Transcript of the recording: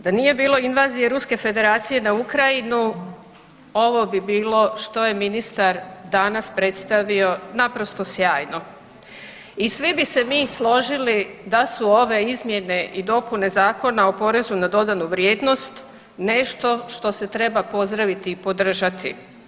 Da nije bilo invazije Ruske federacije na Ukrajinu ovo bi bilo što je ministar danas predstavio naprosto sjajno i svi bi se mi složili da su ove izmjene i dopune Zakona o porezu na dodanu vrijednost nešto što se treba pozdraviti i podržati.